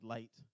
Light